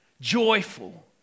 joyful